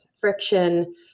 friction